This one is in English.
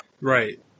Right